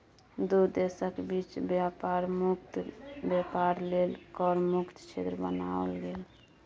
दू देशक बीच बेपार मुक्त बेपार लेल कर मुक्त क्षेत्र बनाओल गेल